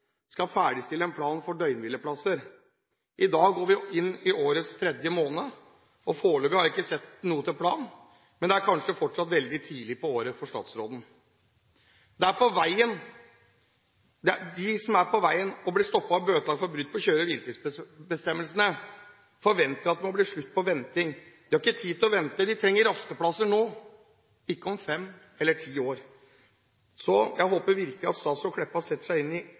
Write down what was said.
skal ferdigstille en plan for døgnhvileplasser. I dag går vi inn i årets tredje måned, og foreløpig har jeg ikke sett noe til planen, men det er kanskje fortsatt veldig tidlig på året for statsråden. De som er på veien og blir stoppet og bøtelagt for brudd på kjøre- og hviletidsbestemmelsene, forventer at det må bli slutt på venting. De har ikke tid til å vente, de trenger rasteplasser nå – ikke om fem eller ti år. Så jeg håper virkelig at statsråd Kleppa setter inn et ekstra gir for å få etablert døgnhvileplasser i